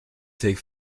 take